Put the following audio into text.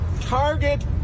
target